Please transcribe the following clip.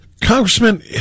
Congressman